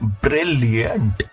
Brilliant